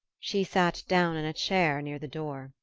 she sat down in a chair near the door.